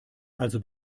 also